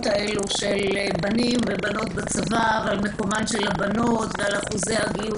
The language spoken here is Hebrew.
של בנים ובנות בצבא ועל מקומן של הבנות ועל אחוזי הגיוס